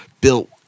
built